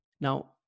Now